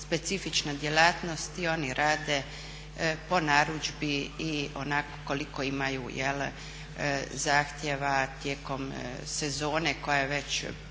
specifična djelatnost i oni rade po narudžbi i onako, koliko imaju zahtjeva tijekom sezone koja je